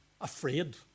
afraid